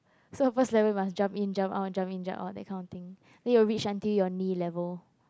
so the first level you must jump in jump out jump in jump out that kind of thing then it will reach until your knee level